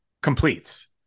Completes